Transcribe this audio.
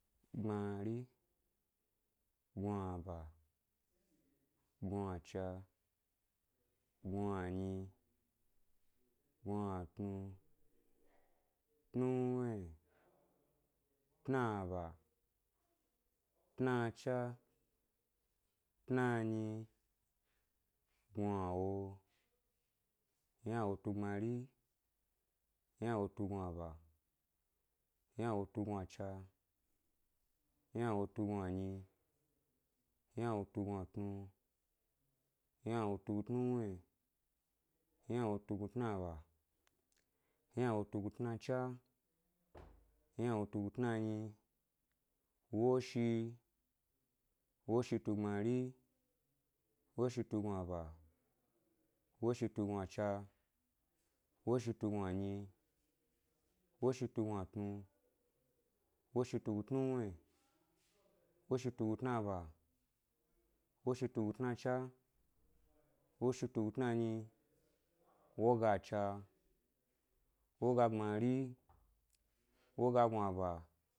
Gbmari, gnuaba, gnuacha, gnuanyi, gnuatnu, tnuwye, tnaba, tnacha, tnanyi, gnuawo, ynawo-tu-gbmari, ynawotu gnuaba, ynawo-tugnuacha, ynawotugnu anyi, ynawotugnutnu, ynawo tu gnu tnuwnuyi, ynawotu-gnutnaba, ynawo tugnutnacha, ynawotugnu tnanyi, woshi, woshitugbari, woshitugnuaba, woshitugnuacha, woshitugnuanyi, woshitugnuatnu, woshitugnutnuwnyi, woshitugnutnaba, woshitugnutnacha, woshitugnutnanyi, wogacha, wogagbari, wogagnuaba,